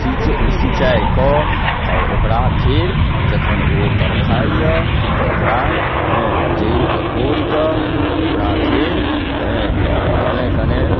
सिचै सिँचाइकऽ आओर ओकरा फेर जखन ओ तरखाइए तऽ ओकरा हेँ जड़िके कोड़िकऽ ओकरा फेर हेँ कनि कनि